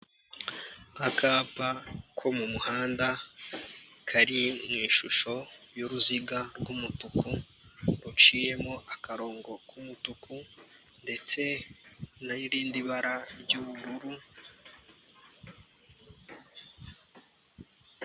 Akapa ko mu muhanda kari mu ishusho y'uruziga rw'umutuku ruciyemo akarongo k'umutuku ndetse n'irindi bara ry'ubururu.